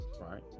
right